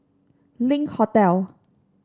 Link Hotel